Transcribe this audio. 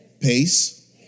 Pace